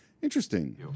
Interesting